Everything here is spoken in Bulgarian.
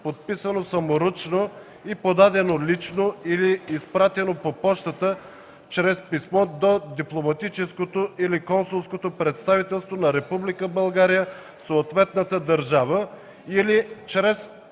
подписано саморъчно и подадено лично или изпратено по пощата чрез писмо до дипломатическото или консулското представителство на Република